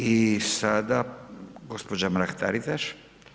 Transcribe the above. I sada gospođa Mrak Taritaš.